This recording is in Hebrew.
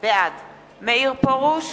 בעד מאיר פרוש,